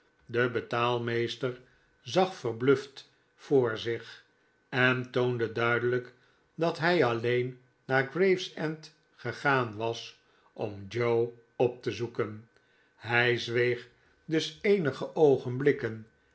de betaalmeester zag verbluft voor zich en toonde duidelijk dat hij alleen naar gravesend gegaan was om joe op te zoeken hij zweeg dus eenige oogenblikken